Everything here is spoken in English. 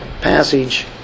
passage